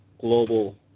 global